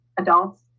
adults